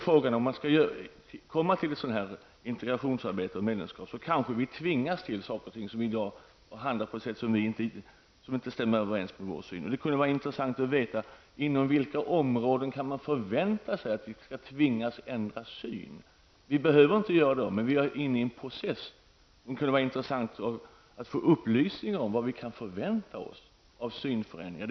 Vid ett integrationsarbete och inför ett medlemskap tvingas vi kanske till sådant som inte stämmer överens med vår syn. Det vore intressant att få veta inom vilka områden man kan förvänta sig att vi skall tvingas ändra vår syn. Vi behöver inte göra det i dag, men vi är inne i en process som det vore intressant att få upplysningar om. Vad kan vi förvänta oss för synförändringar?